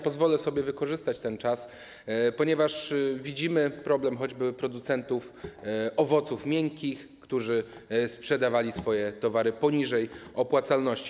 Pozwolę sobie wykorzystać ten czas, ponieważ widzimy problem choćby producentów owoców miękkich, którzy sprzedawali swoje towary poniżej opłacalności.